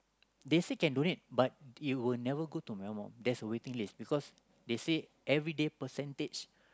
they say can donate but it will never go to my mum there's a waiting list because they say everyday percentage